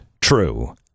true